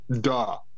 duh